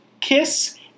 kiss